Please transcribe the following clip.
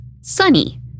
sunny